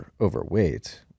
overweight